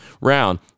round